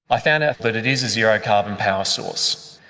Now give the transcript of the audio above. i found out that it is a zero-carbon power source.